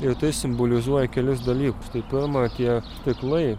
ir tai simbolizuoja kelis dalykus tai pirma tie stiklai